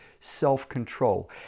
self-control